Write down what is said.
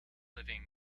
living